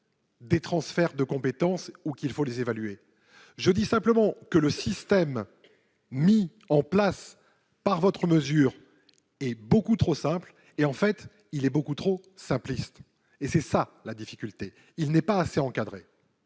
des transferts de compétences ou qu'il faut les évaluer. Je dis simplement que le système mis en place par la commission est beaucoup trop simple et trop simpliste. C'est la difficulté : il n'est pas assez encadré